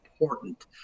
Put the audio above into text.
important